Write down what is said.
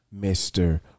Mr